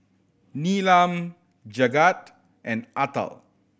Neelam Jagat and Atal